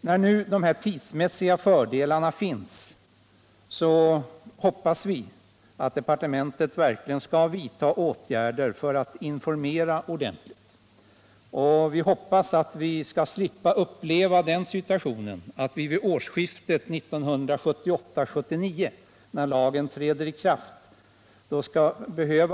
När nu dessa tidsmässiga fördelar föreligger hoppas vi att departementet skall vidta åtgärder för att informera ordentligt. Vi hoppas slippa uppleva att företag, firmor och enskilda fortfarande saknar information om den nya lagen när den träder i kraft vid årsskiftet